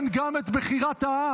כן, גם את בחירת העם.